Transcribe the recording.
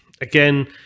again